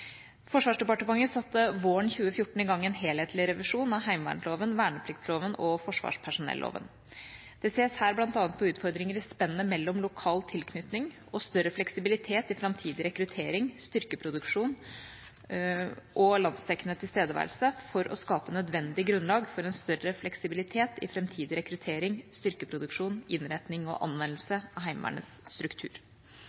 Forsvarsdepartementet satte våren 2014 i gang en helhetlig revisjon av heimevernsloven, vernepliktsloven og forsvarspersonelloven. Det ses her bl.a. på utfordringer i spennet mellom lokal tilknytning og større fleksibilitet i framtidig rekruttering, styrkeproduksjon og landsdekkende tilstedeværelse for å skape nødvendig grunnlag for en større fleksibilitet i framtidig rekruttering, styrkeproduksjon, innretning og anvendelse